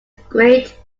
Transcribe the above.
great